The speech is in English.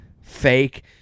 fake